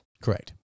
Correct